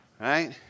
Right